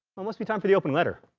must be time for the open letter.